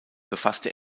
befasste